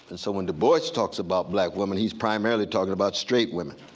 and so when du bois talks about black women, he's primarily talking about straight women,